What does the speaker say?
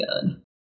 good